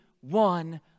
one